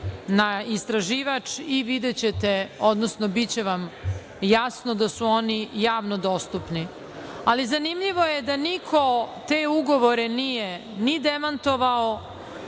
na istraživač i videćete, odnosno biće vam jasno da su oni javno dostupni. Zanimljivo je da niko te ugovore nije ni demantovao,